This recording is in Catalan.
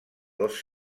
dos